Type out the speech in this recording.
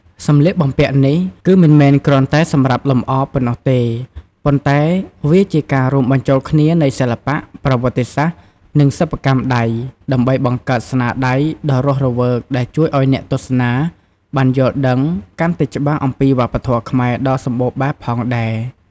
សម្លៀកបំពាក់នេះគឺមិនមែនគ្រាន់តែសម្រាប់លម្អរប៉ុណ្ណោះទេ ប៉ុន្តែវាជាការរួមបញ្ចូលគ្នានៃសិល្បៈ ប្រវត្តិសាស្ត្រ និងសិប្បកម្មដៃ ដើម្បីបង្កើតស្នាដៃដ៏រស់រវើកដែលជួយឱ្យអ្នកទស្សនាបានយល់ដឹងកាន់តែច្បាស់អំពីវប្បធម៌ខ្មែរដ៏សម្បូរបែបផងដែរ ។